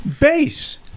Bass